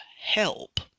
help